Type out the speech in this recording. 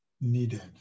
needed